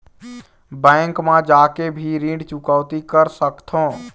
Bank मा जाके भी ऋण चुकौती कर सकथों?